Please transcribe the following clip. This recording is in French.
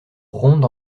ronde